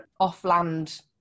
offland